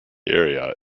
area